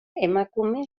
emakume